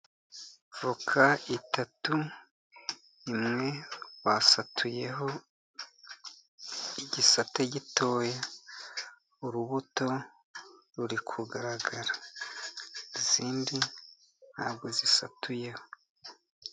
Avoka eshatu, imwe basatuyeho igisate gitoya, urubuto ruri kugaragara, izindi ntabwo zisatuyeho,